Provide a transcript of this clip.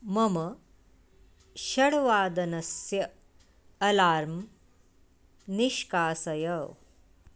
मम षड्वादनस्य अलार्म् निष्कासय